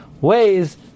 ways